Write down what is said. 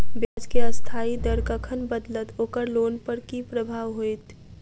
ब्याज केँ अस्थायी दर कखन बदलत ओकर लोन पर की प्रभाव होइत?